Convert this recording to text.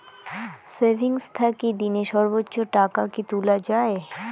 Savings থাকি দিনে সর্বোচ্চ টাকা কি তুলা য়ায়?